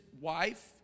wife